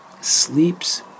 sleeps